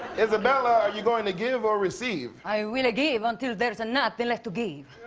isabella, you going to give or receive? i will give until there's nothing left to give.